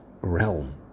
realm